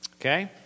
Okay